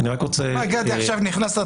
רק עכשיו נכנסת,